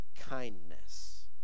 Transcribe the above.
kindness